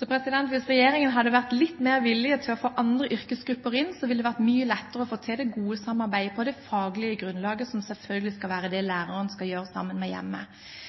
Hvis regjeringen hadde vært litt mer villig til å få andre yrkesgrupper inn, ville det ha vært mye lettere å få til det gode samarbeidet på det faglige grunnlaget, som selvfølgelig skal være det